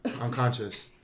Unconscious